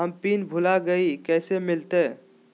हम पिन भूला गई, कैसे मिलते?